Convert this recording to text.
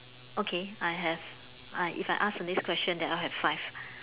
okay I have I if I ask the next question then I'll have five